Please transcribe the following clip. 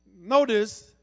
Notice